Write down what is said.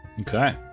Okay